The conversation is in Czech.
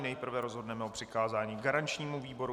Nejprve rozhodneme o přikázání garančnímu výboru.